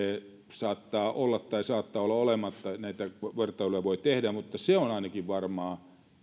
saattaa olla tai saattaa olla olematta näitä vertailuja voi tehdä mutta se on ainakin varmaa